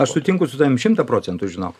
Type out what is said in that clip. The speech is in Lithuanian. aš sutinku su tavim šimtą procentų žinok